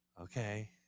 okay